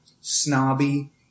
snobby